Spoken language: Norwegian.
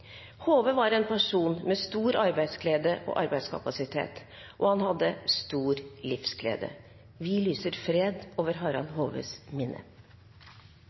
var en person med stor arbeidsglede og arbeidskapasitet, og han hadde stor livsglede. Vi lyser fred over Harald Hoves minne.